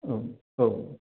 औ औ